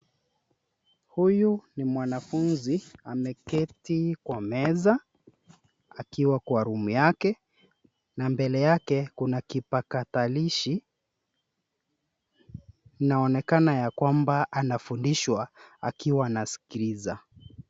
Huyu ni mwanafunzi ameketi kwa meza akiwa kwa room yake na mbele yake kuna kipakatalishi. Inaonekana ya kwamba anafundishwa akiwa anasikiliza.